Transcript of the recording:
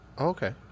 okay